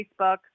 facebook